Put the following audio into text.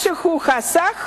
מה שהוא חסך